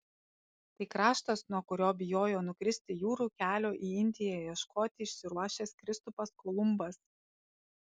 tai kraštas nuo kurio bijojo nukristi jūrų kelio į indiją ieškoti išsiruošęs kristupas kolumbas